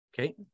Okay